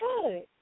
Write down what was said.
good